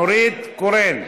נורית קורן,